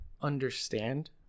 understand